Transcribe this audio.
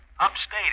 Upstate